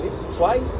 Twice